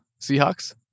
Seahawks